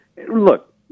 look